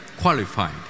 qualified